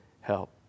help